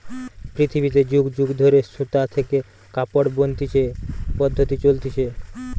পৃথিবীতে যুগ যুগ ধরে সুতা থেকে কাপড় বনতিছে পদ্ধপ্তি চলতিছে